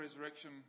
resurrection